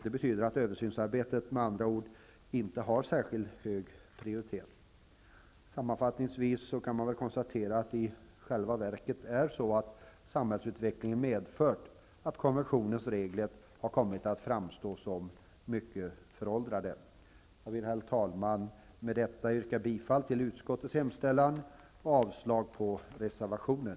Det betyder att översynsarbetet med andra ord inte har särskilt hög prioritet. Sammanfattningsvis måste jag konstatera att samhällsutvecklingen har medfört att konventionens regler har kommit att framstå som mycket föråldrade. Herr talman! Med det anförda yrkar jag bifall till utskottets hemställan och avslag på reservationen.